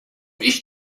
ich